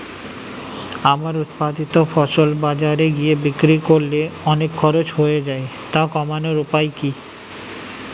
আমার উৎপাদিত ফসল বাজারে গিয়ে বিক্রি করলে অনেক খরচ হয়ে যায় তা কমানোর উপায় কি?